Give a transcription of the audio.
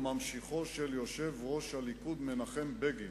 הוא ממשיכו של יושב-ראש הליכוד מנחם בגין,